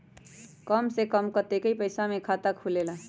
कम से कम कतेइक पैसा में खाता खुलेला?